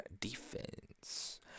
defense